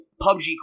PUBG